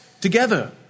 together